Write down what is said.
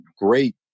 great